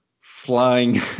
flying